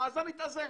המאזן התאזן.